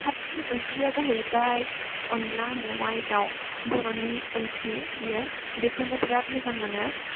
साबसिन ओंख्रिया जाहैबाय अनला मेवाय दाव बर'नि ओंख्रि बेयो बेखौनो बिराद मोजां मोनो